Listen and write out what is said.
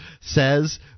says